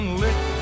lit